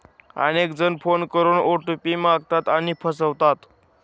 अनेक जण फोन करून ओ.टी.पी मागतात आणि फसवतात